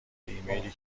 ایمیلی